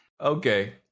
Okay